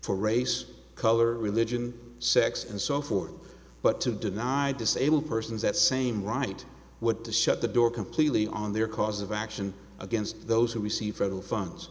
for race color religion sex and so forth but to deny disabled persons that same right what the shut the door completely on their cause of action against those who receive federal funds